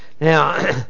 Now